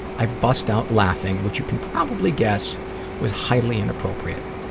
i bust out laughing, which you can probably guess was highly inappropriate.